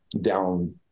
down